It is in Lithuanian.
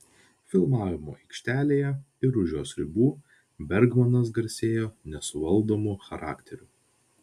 filmavimo aikštelėje ir už jos ribų bergmanas garsėjo nesuvaldomu charakteriu